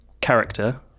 character